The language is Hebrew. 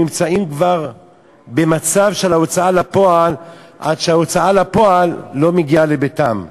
נמצאים כבר במצב של הוצאה לפועל עד שההוצאה לפועל מגיעה לביתם.